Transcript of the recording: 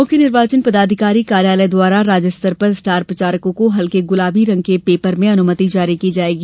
मुख्य निर्वाचन पदाधिकारी कार्यालय द्वारा राज्य स्तर पर स्टार प्रचारकों को हल्के गुलाबी रंग के पेपर में अनुमति जारी की जायेगी